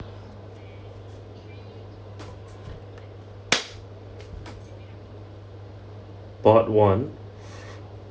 part one